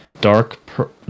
dark